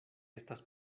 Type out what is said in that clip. estas